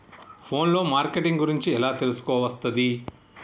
Phone లో marketing గురించి ఎలా తెలుసుకోవస్తది?